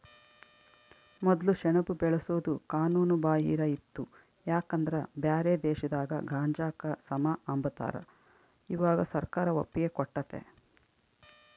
ಮೊದ್ಲು ಸೆಣಬು ಬೆಳ್ಸೋದು ಕಾನೂನು ಬಾಹಿರ ಇತ್ತು ಯಾಕಂದ್ರ ಬ್ಯಾರೆ ದೇಶದಾಗ ಗಾಂಜಾಕ ಸಮ ಅಂಬತಾರ, ಇವಾಗ ಸರ್ಕಾರ ಒಪ್ಪಿಗೆ ಕೊಟ್ಟತೆ